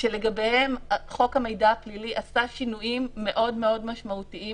שלגביהם חוק המידע הפלילי עשה שינויים מאוד מאוד משמעותיים,